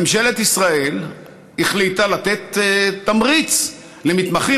ממשלת ישראל החליטה לתת תמריץ למתמחים